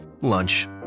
Lunch